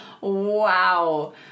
Wow